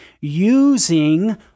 using